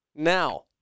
Now